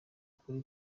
kuri